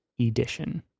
edition